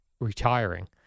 retiring